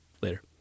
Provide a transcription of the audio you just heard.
Later